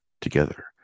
together